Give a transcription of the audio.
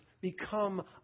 become